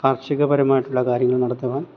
കാർഷികപരമായിട്ടുള്ള കാര്യങ്ങൾ നടത്തുവാൻ